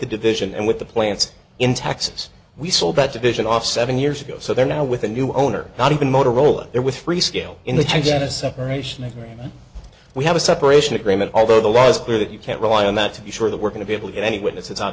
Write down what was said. the division and with the plants in texas we sold that division off seven years ago so they're now with a new owner not even motorola there with freescale in the tennis separation agreement we have a separation agreement although the law is clear that you can't rely on that to be sure that we're going to be able to get any witnesses on